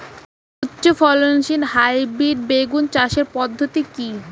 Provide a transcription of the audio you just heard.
উচ্চ ফলনশীল হাইব্রিড বেগুন চাষের পদ্ধতি কী?